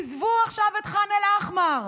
עזבו עכשיו את ח'אן אל-אחמר,